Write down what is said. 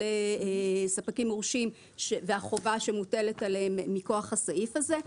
ספקים מורשים והחובה שמוטלת עליהם מכוח הסעיף הזה.